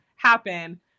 happen